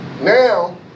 Now